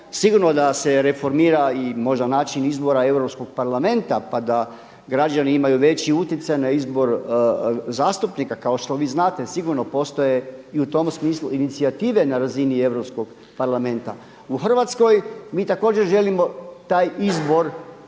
sigurno da se reformira i možda način izbora Europskog parlamenta pa da građani imaju veći utjecaj na izbor zastupnika. Kao što vi znate sigurno postoje i u tom smislu inicijative na razini Europskog parlamenta. U Hrvatskoj, mi također želimo taj izbor